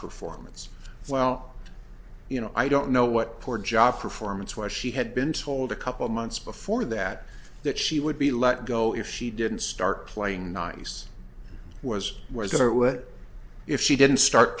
performance well you know i don't know what poor job performance where she had been told a couple months before that that she would be let go if she didn't start playing nice was where they were what if she didn't start